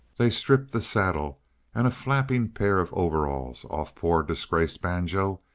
they stripped the saddle and a flapping pair of overalls off poor, disgraced banjo,